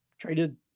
Traded